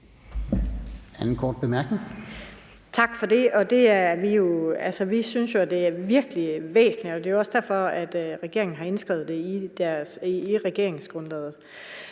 Tak for det. Vi synes jo, det er virkelig væsentligt, og det er jo også derfor, at regeringen har indskrevet det i regeringsgrundlaget.